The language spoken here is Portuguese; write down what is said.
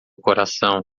coração